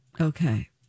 Okay